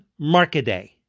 Markaday